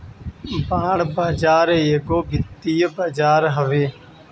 bond बाजार एगो वित्तीय बाजार हवे